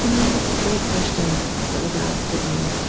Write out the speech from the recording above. and i had a great question that was asked of me.